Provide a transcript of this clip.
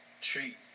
treat